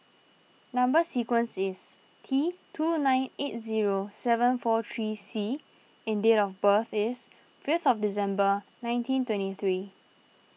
Number Sequence is T two nine eight zero seven four three C and date of birth is fifth December nineteen twenty three